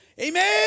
Amen